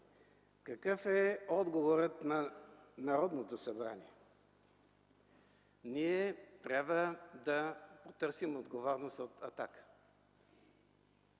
Какъв е отговорът на Народното събрание? Ние трябва да потърсим отговорност от „Атака”.